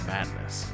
Madness